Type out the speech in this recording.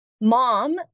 mom